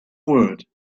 word